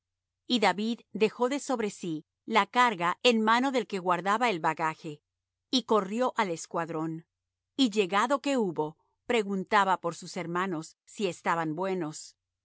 y david dejó de sobre sí la carga en mano del que guardaba el bagaje y corrió al escuadrón y llegado que hubo preguntaba por sus hermanos si estaban buenos